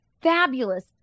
fabulous